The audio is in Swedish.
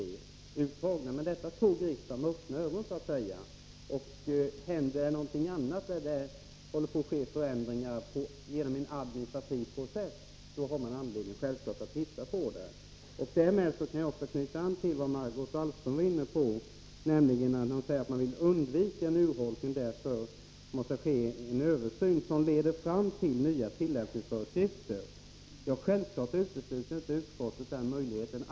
Men detta beslut fattade riksdagen med öppna ögon så att säga, och händer det någonting annat, så att det håller på att ske en förändring genom en administrativ process, har man självfallet anledning att se på detta. Därmed kan jag också knyta an till vad Margot Wallström sade, nämligen att man vill undvika en urholkning och att det därför måste ske en översyn, som leder fram till nya tillämpningsföreskrifter. Självfallet utesluter utskottet inte alls den möjligheten.